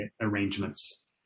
arrangements